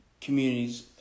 communities